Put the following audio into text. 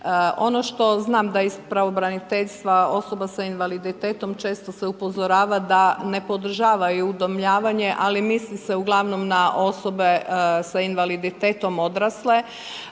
Ono što znam da iz pravobraniteljstva osoba s invaliditetom, često se upozorava, da ne podržavaju udomljavanje, ali misli se ugl. za osobe invaliditetom odrasle